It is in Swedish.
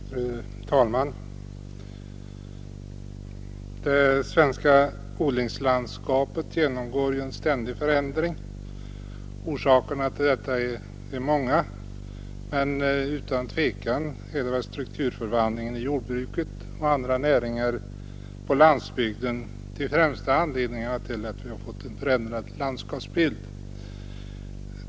Fru talman! Det svenska odlingslandskapet genomgår en ständig Torsdagen den förändring. Orsakerna till detta är många, men utan tvekan är struktur 6 april 1972 förvandlingen i jordbruket och andra näringar på landsbygden den främsta anledningen till att vi fått en förändrad landskapsbild.